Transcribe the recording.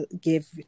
give